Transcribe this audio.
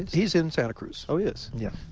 he's in santa cruz. oh, he is? yeah.